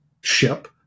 ship